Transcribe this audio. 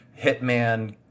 Hitman